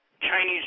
Chinese